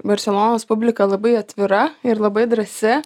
barselonos publika labai atvira ir labai drąsi